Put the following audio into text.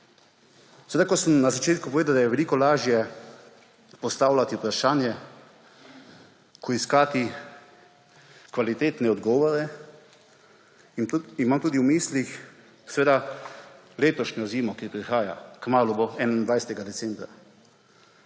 prej. Kot sem na začetku povedal, da je veliko lažje postavljati vprašanja kot iskati kvalitetne odgovore. V mislih imam letošnjo zimo, ki prihaja; kmalu bo, 21. decembra.